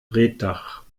reetdach